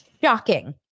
shocking